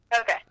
Okay